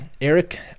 Eric